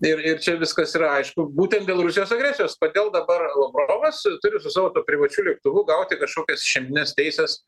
ir ir čia viskas yra aišku būtent dėl rusijos agresijos kodėl dabar lavrovas turi su savo tuo privačiu lėktuvu gauti kažkokias išimtines teises